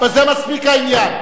בזה מספיק העניין.